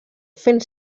fent